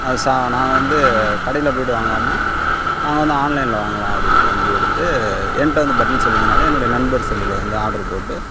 சா நான் வந்து கடையில் போய்விட்டு வாங்காமல் நான் வந்து ஆன்லைனில் வாங்கலாம் அப்படின்ற முடிவெடுத்து என்கிட்ட வந்து பட்டன் செல் இருந்தனால் என்னுடைய நண்பர் செல்லில் வந்து ஆர்டர் போட்டு